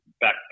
back